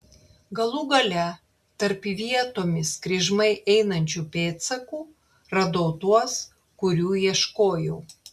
galų gale tarp vietomis kryžmai einančių pėdsakų radau tuos kurių ieškojau